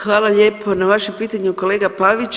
Hvala lijepo na vašem pitanju kolega Pavić.